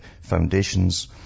foundations